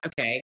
okay